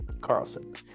Carlson